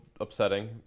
upsetting